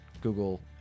Google